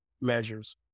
measures